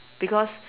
because